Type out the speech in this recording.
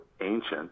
ancient